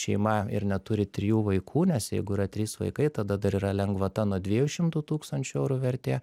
šeima ir neturi trijų vaikų nes jeigu yra trys vaikai tada dar yra lengvata nuo dviejų šimtų tūkstančių eurų vertė